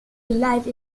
life